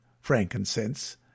frankincense